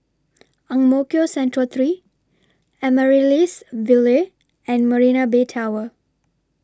Ang Mo Kio Central three Amaryllis Ville and Marina Bay Tower